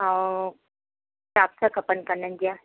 ऐं टाप्स खपनि कननि जा